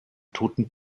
toten